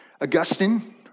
Augustine